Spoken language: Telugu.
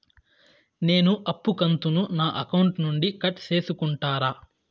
నేను అప్పు కంతును నా అకౌంట్ నుండి కట్ సేసుకుంటారా?